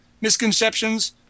misconceptions